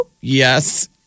Yes